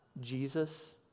Jesus